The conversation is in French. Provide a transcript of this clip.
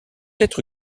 être